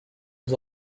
was